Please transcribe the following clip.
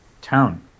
town